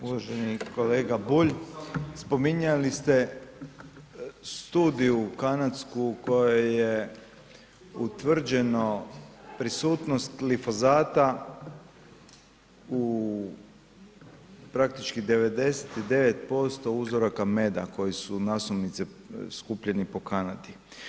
Uvaženi kolega Bulj, spominjali ste studiju kanadsku u kojoj je utvrđeno prisutnost glifosata u praktički 99% uzoraka meda koji su nasumice skupljeni po Kanadi.